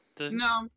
No